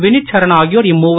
வினித் சரண் ஆகியோர் இம்மூவர்